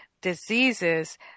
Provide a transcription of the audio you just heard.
diseases